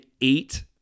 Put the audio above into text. eight